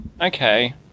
Okay